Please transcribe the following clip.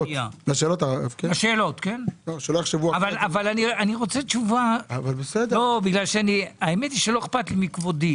אבל אני רוצה תשובה כי לא אכפת לי מכבודי